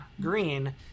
green